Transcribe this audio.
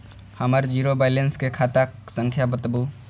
हमर zero balance के खाता संख्या बतबु?